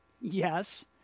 Yes